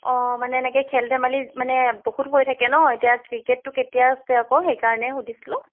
অঁ মানে এনেকে খেল ধেমালি মানে বহুত হৈ থাকে ন এতিয়া ক্ৰিকেটটো কেতিয়া আছে আকৌ সেইকাৰণে সুধিছিলোঁ